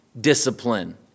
discipline